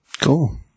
Cool